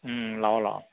ꯎꯝ ꯂꯥꯛꯑꯣ ꯂꯥꯛꯑꯣ